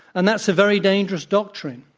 and that's a very dangerous doctrine.